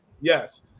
Yes